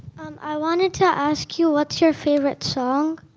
i wanted to ask you, what's your favorite song?